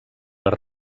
les